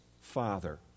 Father